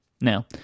Now